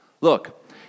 Look